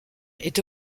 est